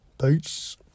Peace